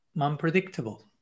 unpredictable